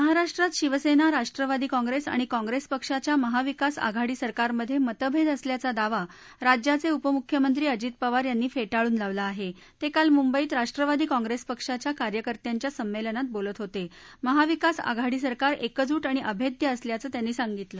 महाराष्ट्रात शिवसत्त्व राष्ट्रवादी काँग्रस्तआणि काँग्रस्तपक्षाच्या महाविकास आघाडी सरकारमध्यक्तिभद्वअसल्याचा दावा राज्याचा उपमुख्यमंत्री अजित पवार यांनी फ्टिळून लावला आहातीकाल मुंबईत राष्ट्रवादी काँग्रेसीपशाच्या कार्यकर्त्यांच्या संमध्यात बोलत होती महाविकास आघाडी सरकार एकजूट आणि अभधीअसल्याचं त्यांनी सांगितलं